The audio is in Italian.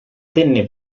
tenne